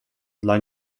dla